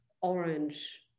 orange